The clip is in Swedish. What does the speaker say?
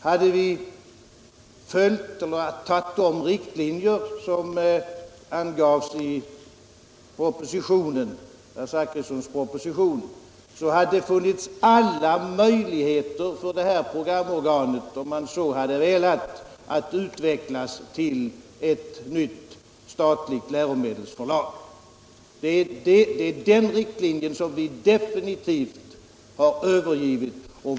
Hade vi följt de riktlinjer som angavs i herr Zachrissons proposition hade det funnits alla möjligheter för det här programorganet - om man så hade velat — att utvecklas till ett nytt statligt läromedelsförlag. Det är den riktlinjen som vi definitivt har övergett.